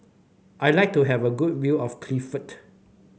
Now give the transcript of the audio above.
I like to have a good view of Cardiff